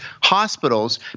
hospitals